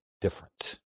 difference